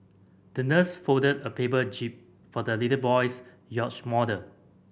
the nurse folded a paper jib for the little boy's yacht model